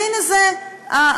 והנה זה,